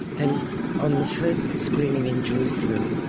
and on the first screening in jerusalem,